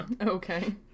Okay